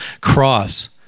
cross